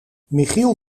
michiel